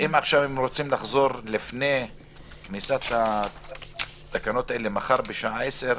עכשיו רוצים לחזור לפני כניסת התקנות האלה מחר בשעה עשר,